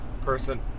person